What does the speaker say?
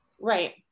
Right